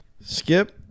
Skip